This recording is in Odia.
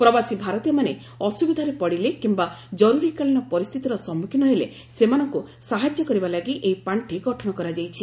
ପ୍ରବାସୀ ଭାରତୀୟମାନେ ଅସୁବିଧାରେ ପଡ଼ିଲେ କିମ୍ବା ଜର୍ତ୍ରିକାଳୀନ ପରିସ୍ଥିତିର ସମ୍ମୁଖୀନ ହେଲେ ସେମାନଙ୍କୁ ସାହାଯ୍ୟ କରିବା ଲାଗି ଏହି ପାର୍ଷି ଗଠନ କରାଯାଇଛି